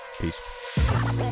Peace